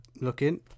Looking